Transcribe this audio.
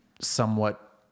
somewhat